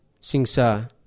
singsa